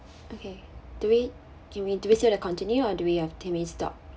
okay do we can we do we still have to continue or do we have ten minutes stop